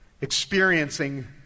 experiencing